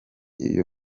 iyo